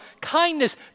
kindness